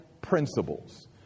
principles